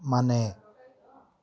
ಮನೆ